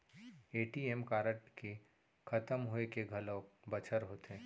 ATM card के खतम होए के घलोक बछर होथे